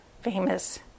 famous